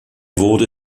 wurde